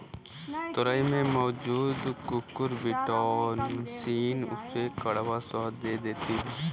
तोरई में मौजूद कुकुरबिटॉसिन उसे कड़वा स्वाद दे देती है